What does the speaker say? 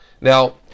Now